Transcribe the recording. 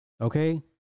Okay